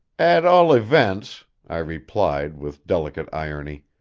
at all events, i replied with delicate irony,